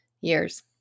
years